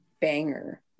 banger